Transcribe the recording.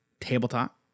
tabletop